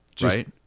Right